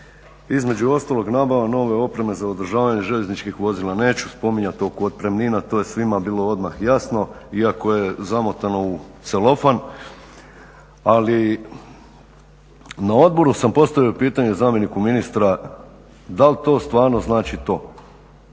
između ostalog nabava nove opreme za održavanje željezničkih vozila, neću spominjati oko otpremnina, to je svima bilo odmah jasno iako je zamotano u celofan, ali na odboru sam postavio pitanje zamjeniku ministra da li to stvarno znači to,